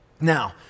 Now